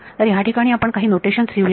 तर या ठिकाणी आपण काही नोटेशन्स लिहूया